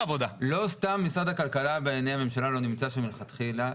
לא סתם משרד הכלכלה בעיניי הממשלה לא נמצא שם מלכתחילה,